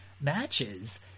matches